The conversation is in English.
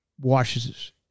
washes